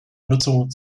nutzung